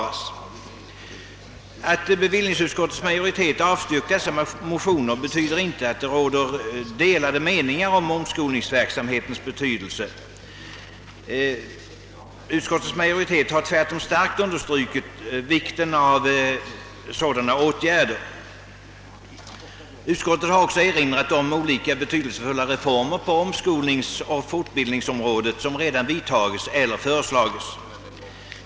Att bevillningsutskottets majoritet avstyrkt dessa motioner betyder inte att det råder delade meningar om omskolningsverksamhetens betydelse. Utskottsmajoriteten har tvärtom kraftigt understrukit vikten av sådana åtgärder. Utskottet har också erinrat om de betydelsefulla reformer på omskolningsoch utbildningsområdet söm redan vidtagits eller föreslagits.